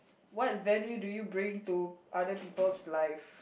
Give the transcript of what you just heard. what value do you bring to other people's life